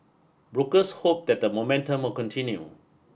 brokers hope that the momentum will continue